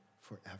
forever